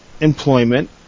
employment